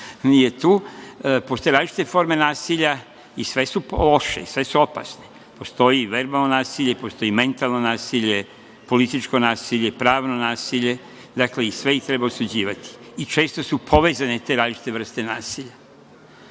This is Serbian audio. nije tu, postoje različite forme nasilja i sve su loše i opasne. Postoji verbalno nasilje, postoji mentalno nasilje, političko nasilje, pravno nasilje i sve ih treba osuđivati. Često su povezane te različite vrste nasilja.